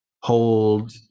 Hold